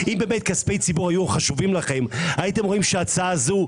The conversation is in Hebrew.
אם באמת כספי ציבור היו חשובים לכם הייתם רואים שההצעה הזו,